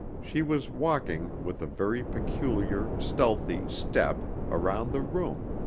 she was walking, with a very peculiar, stealthy step, around the room,